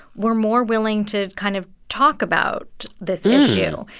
were more willing to kind of talk about this issue,